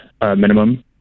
minimum